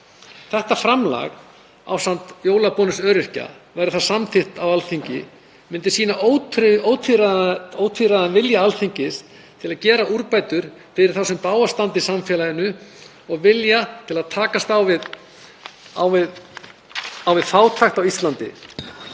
Þetta framlag, ásamt jólabónus öryrkja, verði það samþykkt á Alþingi, myndi sýna ótvíræðan vilja Alþingis til að gera úrbætur fyrir þá sem bágast standa í samfélaginu og vilja til að takast á við fátækt á Íslandi,